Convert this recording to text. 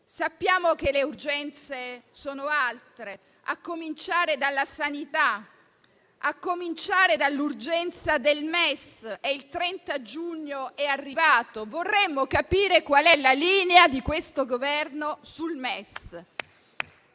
Sappiamo che le urgenze sono altre, a cominciare dalla sanità e dal MES. Il 30 giugno è arrivato e vorremmo capire qual è la linea di questo Governo sul MES.